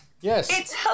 yes